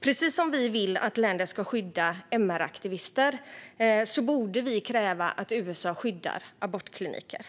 Precis som Sverige kräver att länder ska skydda MR-aktivister borde vi kräva att USA skyddar abortkliniker.